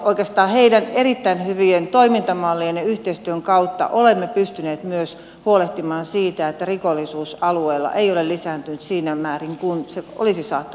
oikeastaan heidän erittäin hyvien toimintamalliensa ja yhteistyön kautta olemme pystyneet huolehtimaan siitä että rikollisuus alueella ei ole lisääntynyt siinä määrin kuin se olisi saattanut lisääntyä